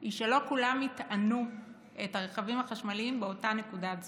היא שלא כולם יטענו את הרכבים החשמליים באותה נקודת זמן.